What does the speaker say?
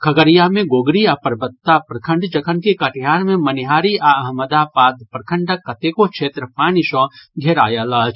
खगड़िया मे गोगरी आ परबत्ता प्रखंड जखनकि कटिहार मे मनिहारी आ अहमदाबाद प्रखंडक कतेको क्षेत्र पानि सँ घेरायल अछि